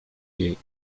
jej